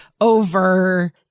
Over